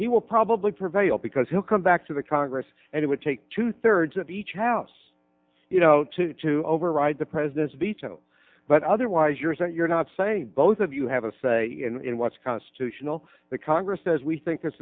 he will probably prevail because he'll come back to the congress and it would take two thirds of each house you know to override the president's veto but otherwise you're saying you're not saying both of you have a say in what's constitutional the congress says we think this